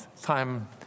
time